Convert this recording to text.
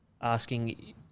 Asking